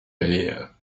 here